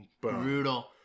Brutal